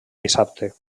dissabte